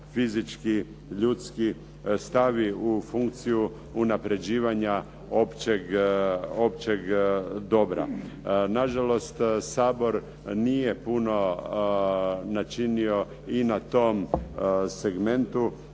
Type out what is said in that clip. fizički, ljudski stavi u funkciju unapređivanja općeg dobra. Na žalost Sabor nije puno načinio i na tom segmentu,